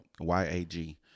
Y-A-G